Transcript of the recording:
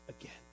again